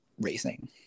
racing